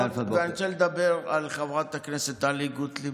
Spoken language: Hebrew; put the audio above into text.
ואני רוצה לדבר על חברת הכנסת טלי גוטליב,